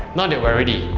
now that we're ready,